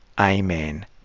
Amen